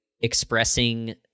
expressing